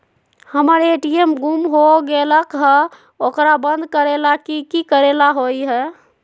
हमर ए.टी.एम गुम हो गेलक ह ओकरा बंद करेला कि कि करेला होई है?